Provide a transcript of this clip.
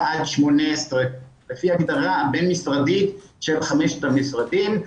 עד 18. לפי ההגדרה הבין משרדית של חמשת המשרדים,